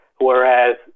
Whereas